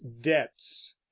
debts